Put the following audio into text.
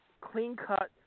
clean-cut